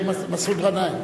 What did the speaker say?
אז מסעוד גנאים.